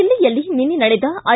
ದಿಲ್ಲಿಯಲ್ಲಿ ನಿನ್ನೆ ನಡೆದ ಐ